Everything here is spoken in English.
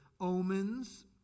omens